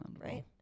Right